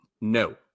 no